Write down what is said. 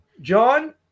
John